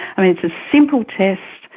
it's a simple test.